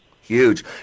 Huge